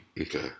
Okay